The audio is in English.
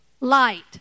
Light